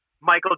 Michael